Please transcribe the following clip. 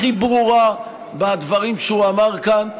הכי ברורה, בדברים שהוא אמר כאן.